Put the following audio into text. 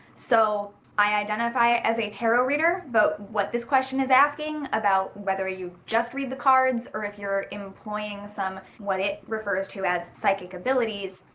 so i identify as a tarot reader, but what this question is asking about whether you just read the cards or if you're in employing some what it referrers to as psychic abilities.